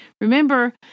Remember